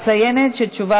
לכנסת ישראל שאתה מדבר ככה.